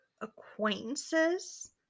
acquaintances